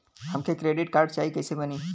हमके credit card चाही कैसे बनी?